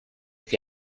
que